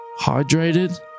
hydrated